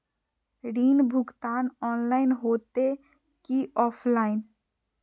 ऋण भुगतान ऑनलाइन होते की ऑफलाइन?